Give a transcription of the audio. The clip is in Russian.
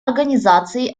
организации